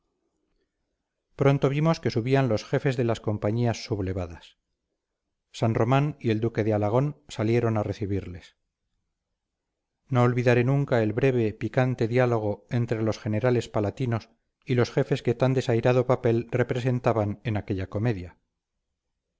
pronto vimos que subían los jefes de las compañías sublevadas san román y el duque de alagón salieron a recibirles no olvidaré nunca el breve picante diálogo entre los generales palatinos y los jefes que tan desairado papel representaban en aquella comedia